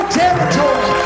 territory